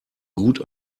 gut